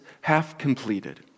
half-completed